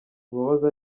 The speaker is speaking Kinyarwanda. uwahoze